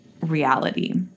reality